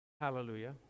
hallelujah